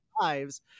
lives